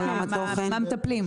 במה מטפלים?